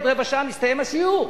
עוד רבע שעה מסתיים השיעור,